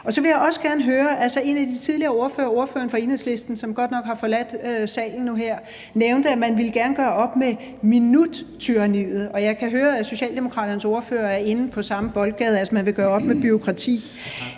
Enhedslisten, som godt nok har forladt salen nu her, nævnte, at man gerne ville gøre op med minuttyranniet, og jeg kan høre, at Socialdemokraternes ordfører er inde på samme boldgade, altså at man vil gøre op med bureaukrati.